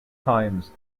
times